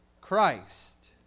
Christ